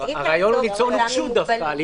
הרעיון הוא ליצור דווקא נוקשות.